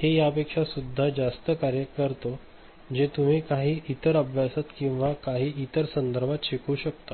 हे यापेक्षा सुद्धा जास्त कार्य करते जे तुम्ही काही इतर अभ्यासात किंवाकाही इतर संदर्भात शिकू शकता